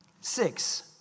Six